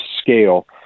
scale